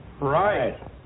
Right